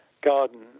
garden